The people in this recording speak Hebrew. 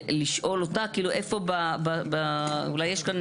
לשאול אותה כאילו איפה, אולי יש כאן